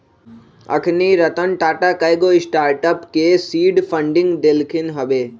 अखनी रतन टाटा कयगो स्टार्टअप के सीड फंडिंग देलखिन्ह हबे